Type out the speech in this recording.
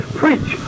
preach